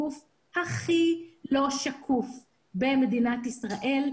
הגוף הכי לא שקוף במדינת ישראל,